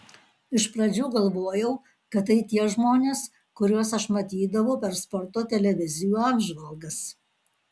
iš pradžių galvojau kad tai tie žmonės kuriuos aš matydavau per sporto televizijų apžvalgas